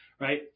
right